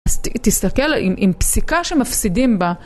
אז תסתכל עם פסיקה שמפסידים בה.